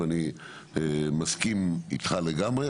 ואני מסכים איתך לגמרי,